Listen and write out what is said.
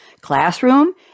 classroom